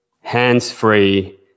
hands-free